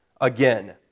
Again